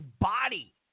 body